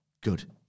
good